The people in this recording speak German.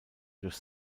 durch